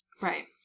Right